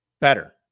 better